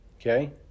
okay